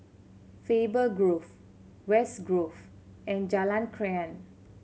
Faber Grove West Grove and Jalan Krian